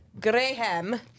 Graham